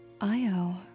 Io